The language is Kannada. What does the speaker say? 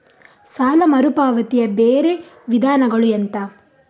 ಸಾಲ ಮರುಪಾವತಿಯ ಬೇರೆ ವಿಧಾನಗಳು ಎಂತ?